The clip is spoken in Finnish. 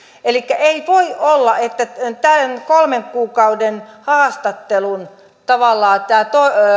elikkä ei voi olla että tämän kolmen kuukauden haastattelun tavallaan